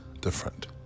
different